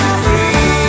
free